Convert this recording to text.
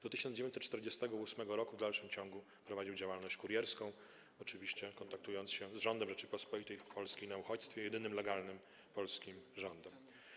Do 1948 r. w dalszym ciągu prowadził działalność kurierską, oczywiście kontaktując się z rządem Rzeczypospolitej Polskiej na uchodźstwie, jedynym legalnym polskim rządem.